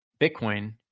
Bitcoin